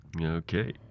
Okay